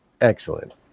excellent